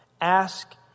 Ask